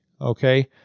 Okay